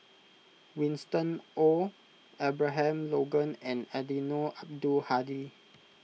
Winston Oh Abraham Logan and Eddino Abdul Hadi